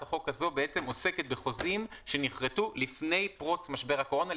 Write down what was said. החוק הזו בעצם עוסקת בחוזים שנכרתו לפני פרוץ משבר הקורונה,